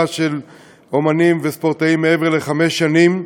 של אמנים וספורטאים מעבר לחמש שנים.